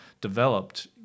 developed